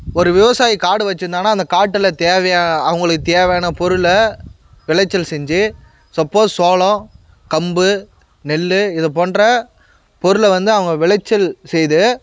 ஒரு விவசாயி காடு வச்சிருந்தாகன்னா அந்த காட்டில் தேவையா அவங்களுக்கு தேவையான பொருளில் விளைச்சல் செஞ்சு சப்போஸ் சோளம் கம்பு நெல்லு இது போன்ற பொருளை வந்து அவங்க விளைச்சல் செய்து